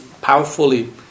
powerfully